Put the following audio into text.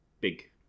big